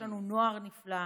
יש לנו נוער נפלא,